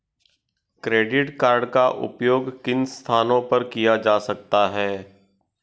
Credit card का उपयोग किन स्थानों पर किया जा सकता है?